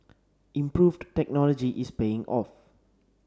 improved technology is paying off